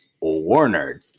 Warner